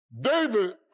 David